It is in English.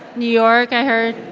new york, i heard